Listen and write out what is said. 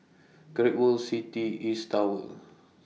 Great World City East Tower